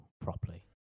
properly